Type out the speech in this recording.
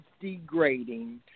degrading